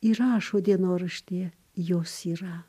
įrašo dienoraštyje jos yra